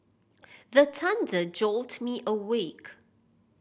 the thunder jolt me awake